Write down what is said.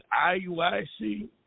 IUIC